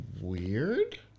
weird